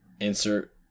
insert